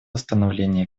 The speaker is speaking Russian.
восстановления